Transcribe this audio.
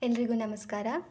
ಎಲ್ಲರಿಗೂ ನಮಸ್ಕಾರ